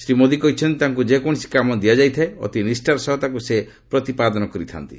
ଶ୍ରୀ ମୋଦି କହିଛନ୍ତି ତାଙ୍କୁ ଯେକୌଣସି କାମ ଦିଆଯାଇଥାଏ ଅତି ନିଷ୍ଠାର ସହ ତାକ୍ ପ୍ରତିପାଦନ କରିଥାନ୍ତି